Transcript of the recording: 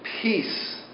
peace